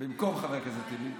במקום חבר הכנסת טיבי.